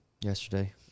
yesterday